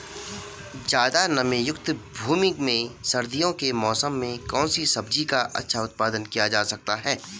ज़्यादा नमीयुक्त भूमि में सर्दियों के मौसम में कौन सी सब्जी का अच्छा उत्पादन किया जा सकता है?